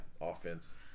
offense